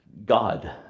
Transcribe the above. God